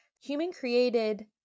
Human-created